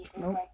Nope